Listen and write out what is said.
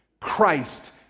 Christ